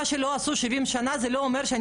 מה שלא עשו 70 שנה זה לא אומר שאני